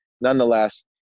Nonetheless